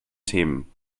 themen